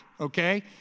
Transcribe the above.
okay